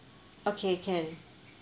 okay can